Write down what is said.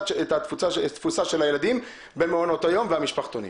של הילדים במעונות היום והמשפחתונים?